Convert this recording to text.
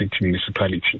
Municipality